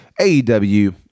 AEW